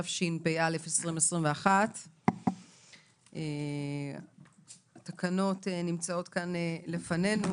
התשפ"א 2021. התקנות נמצאות כאן לפנינו.